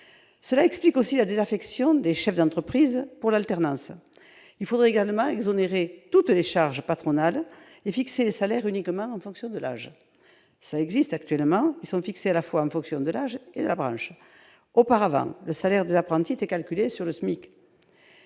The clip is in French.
explique aussi la désaffection des chefs d'entreprise pour l'alternance. Il faudrait également exonérer de toutes les charges patronales et fixer les salaires uniquement en fonction de l'âge. Actuellement, les salaires sont fixés à la fois en fonction de l'âge et de la branche. Auparavant, le salaire des apprentis était calculé sur la base